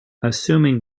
assuming